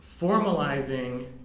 formalizing